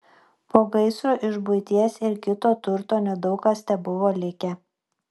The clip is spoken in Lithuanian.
po gaisro iš buities ir kito turto nedaug kas tebuvo likę